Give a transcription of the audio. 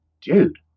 dude